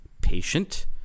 patient